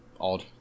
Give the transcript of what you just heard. Odd